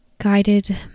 guided